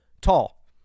Tall